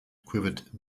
quivered